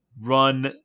run